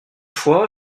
fois